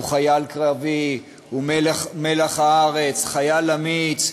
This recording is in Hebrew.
הוא חייל קרבי, הוא מלח הארץ, חייל אמיץ.